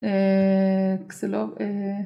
אקסלו